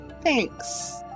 Thanks